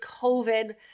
COVID